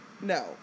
no